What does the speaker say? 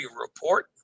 report